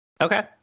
Okay